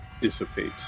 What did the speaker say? dissipates